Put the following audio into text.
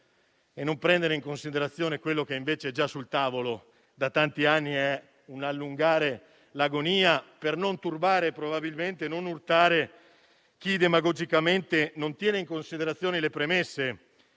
e non prendere in considerazione quello che invece è già sul tavolo da tanti anni è un allungare l'agonia, probabilmente per non turbare e non urtare chi demagogicamente non tiene in considerazione le premesse